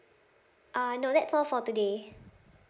uh no that's all for today